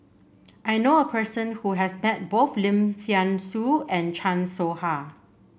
I knew a person who has met both Lim Thean Soo and Chan Soh Ha